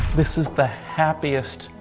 this is the happiest,